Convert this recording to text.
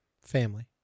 family